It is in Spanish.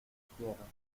quiero